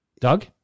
Doug